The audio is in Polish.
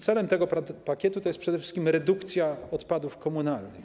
Celem tego pakietu jest przede wszystkim redukcja odpadów komunalnych.